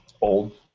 old